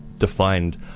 defined